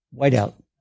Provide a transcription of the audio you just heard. Whiteout